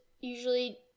usually